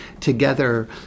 together